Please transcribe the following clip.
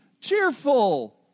cheerful